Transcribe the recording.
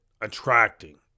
attracting